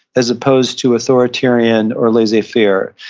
as opposed to authoritarian or laissez-faire.